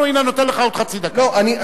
לא, לא,